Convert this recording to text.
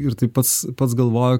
ir taip pats pats galvoju